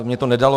Mně to nedalo.